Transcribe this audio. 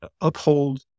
uphold